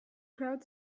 crowd